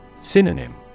Synonym